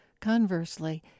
conversely